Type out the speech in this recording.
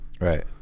Right